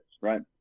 right